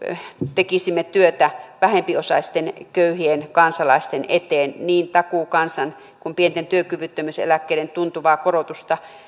tekisimme työtä vähempiosaisten köyhien kansalaisten eteen niin takuu kansan kuin pienten työkyvyttömyyseläkkeiden tuntuvaa korotusta